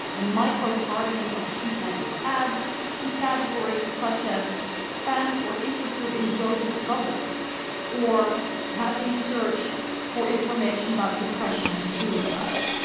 the micro-targeting of people with ads to categories such as fans or interested in josef goebbels or having searched for information about depression and suicide.